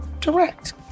direct